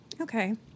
Okay